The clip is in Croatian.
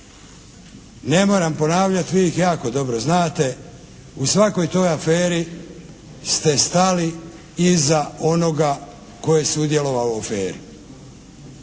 Ne moram ponavljati, vi ih jako dobro znate. U svakoj toj aferi ste stali iza onoga tko je sudjelovao u aferi.